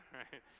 right